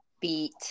beat